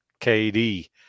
KD